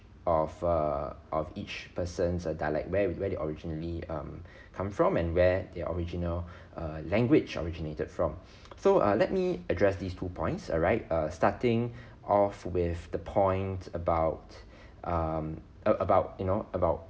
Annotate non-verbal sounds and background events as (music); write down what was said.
of err of each person's uh dialect where were they originally um (breath) come from and where the original (breath) uh language originated from (breath) so uh let me address these two points alright uh starting off with the point about (breath) um ab~ about you know about